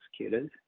executed